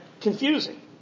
confusing